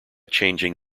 changing